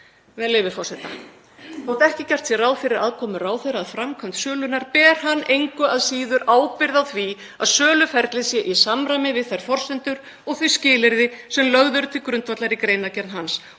leyfi forseta: „Þótt ekki sé gert ráð fyrir aðkomu ráðherra að framkvæmd sölunnar ber hann engu að síður ábyrgð á því að söluferlið sé í samræmi við þær forsendur og þau skilyrði sem lögð voru til grundvallar í greinargerð hans.